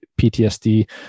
PTSD